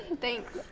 Thanks